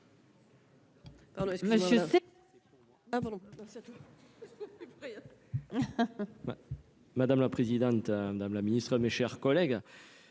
Madame la présidente, madame la ministre, mes chers collègues,